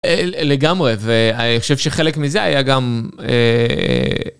לגמרי, ואני חושב שחלק מזה היה גם...